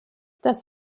das